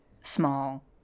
small